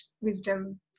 wisdom